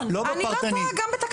לא בפרטני.